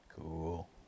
cool